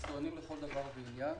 יצואנים לכל דבר ועניין.